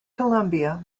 colombia